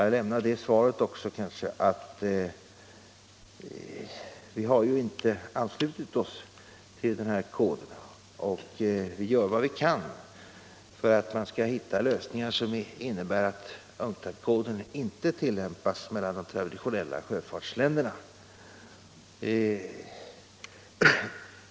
Jag lämnar det svaret att vi inte har anslutit oss till den här koden och att vi gör vad vi kan för att man skall hitta lösningar som innebär att UNCTAD-koden inte tillämpas mellan de traditionella sjöfartsländerna.